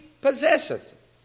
possesseth